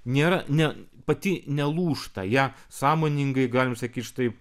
nėra ne pati nelūžta ją sąmoningai galim sakyt štai